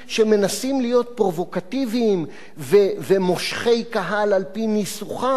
שמנסים להיות פרובוקטיביים ומושכי קהל על-פי ניסוח שם הקורס,